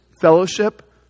fellowship